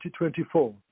2024